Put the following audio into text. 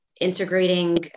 integrating